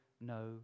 no